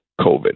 COVID